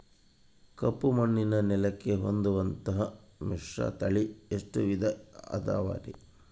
ಕಪ್ಪುಮಣ್ಣಿನ ನೆಲಕ್ಕೆ ಹೊಂದುವಂಥ ಮಿಶ್ರತಳಿ ಎಷ್ಟು ವಿಧ ಅದವರಿ?